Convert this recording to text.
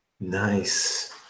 Nice